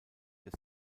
des